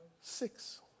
six